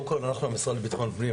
אנחנו המשרד לביטחון פנים,